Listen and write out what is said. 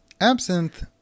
Absinthe